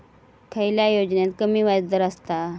खयल्या योजनेत कमी व्याजदर असता?